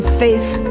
face